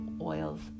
oils